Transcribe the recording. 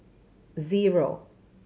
zero